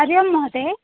हरिः ओं महोदय